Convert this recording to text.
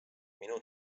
minu